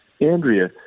Andrea